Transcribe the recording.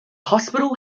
hospital